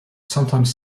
sometimes